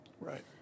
right